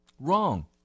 Wrong